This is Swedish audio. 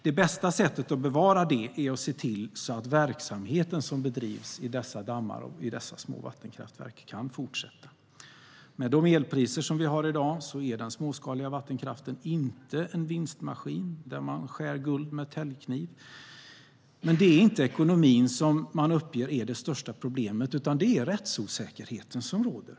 Det bästa sättet att bevara det är att se till att verksamheten i dessa dammar och små vattenkraftverk kan fortsätta. Med de elpriser vi har i dag är den småskaliga vattenkraften inte en vinstmaskin där man skär guld med täljkniv. Men det är inte ekonomin som är det största problemet, utan det är den rättsosäkerhet som råder.